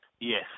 Yes